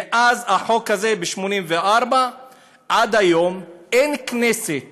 מאז החוק הזה ב-1984 עד היום אין כנסת